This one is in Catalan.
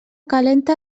calenta